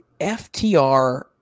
FTR